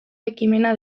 ekimena